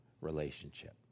relationship